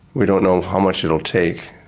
we don't know how much it'll take.